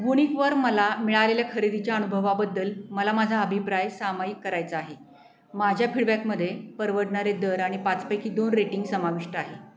वुनिकवर मला मिळालेल्या खरेदीच्या अनुभवाबद्दल मला माझा अभिप्राय सामायिक करायचा आहे माझ्या फीडबॅकमध्ये परवडणारे दर आणि पाचपैकी दोन रेटिंग समाविष्ट आहे